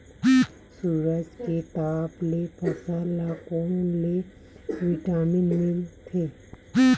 सूरज के ताप ले फसल ल कोन ले विटामिन मिल थे?